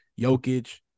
Jokic